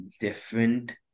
different